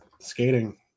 Skating